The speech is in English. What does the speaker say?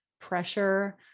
pressure